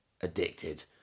addicted